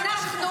זה מה שפוגע.